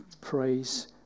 Praise